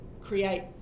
create